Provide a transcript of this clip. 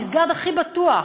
המסגד הכי בטוח,